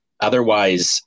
Otherwise